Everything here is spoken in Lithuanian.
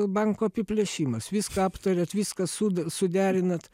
banko apiplėšimas viską aptariat viską sud suderinant